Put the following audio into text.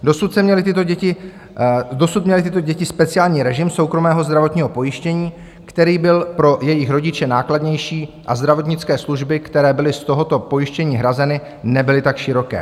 Dosud měly tyto děti speciální režim soukromého zdravotního pojištění, který byl pro jejich rodiče nákladnější, a zdravotnické služby, které byly z tohoto pojištění hrazeny, nebyly tak široké.